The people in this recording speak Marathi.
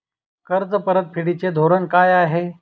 कर्ज परतफेडीचे धोरण काय आहे?